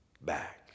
back